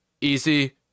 easy